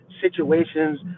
situations